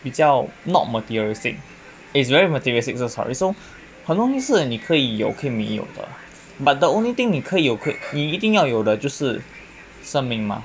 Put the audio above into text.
比较 not materialistic it's very materialistic 很多东西是你可以有可以没有的 but the only thing 你可以有你一定要有的就是生命嘛